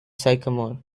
sycamore